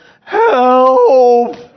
Help